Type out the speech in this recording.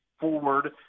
forward